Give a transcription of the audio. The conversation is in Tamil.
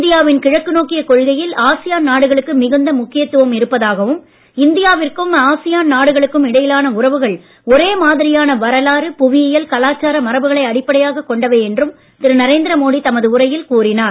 இந்தியாவின் கிழக்கு நோக்கிய கொள்கையில் ஆசியான் நாடுகளுக்கு மிகுந்த முக்கியத்துவம் இருப்பதாகவும் இந்தியாவிற்கும் ஆசியான் நாடுகளுக்கும் இடையிலான உறவுகள் ஒரே மாதிரியான வரலாறு புவியியல் கலாச்சார மரபுகளை அடிப்படையாக கொண்டவை என்றும் திரு நரேந்திர மோடி தமது உரையில் கூறினார்